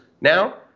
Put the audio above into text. now